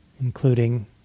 including